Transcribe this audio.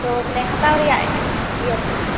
ᱛᱚ ᱢᱟᱱᱮ ᱦᱟᱛᱟᱣ ᱨᱮᱭᱟᱜ ᱤᱭᱟᱹ ᱢᱮᱱᱟᱜᱼᱟ